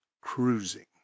cruising